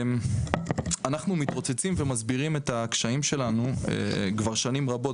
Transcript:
אנחנו מתרוצצים ומסבירים את הקשיים שלנו כבר שנים רבות